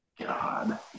God